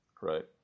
Right